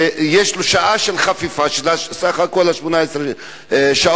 ויש לו שעה של חפיפה של סך כל 18 השעות,